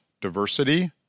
diversity